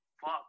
fuck